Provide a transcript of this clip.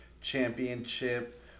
championship